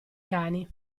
cani